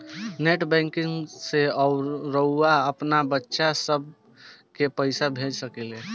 net banking से रउआ आपन बच्चा सभ के पइसा भेज सकिला